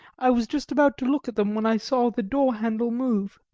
i was just about to look at them when i saw the door-handle move.